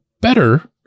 better